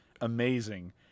amazing